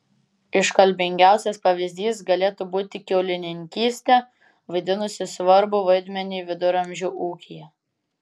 iškalbingiausias pavyzdys galėtų būti kiaulininkystė vaidinusi svarbų vaidmenį viduramžių ūkyje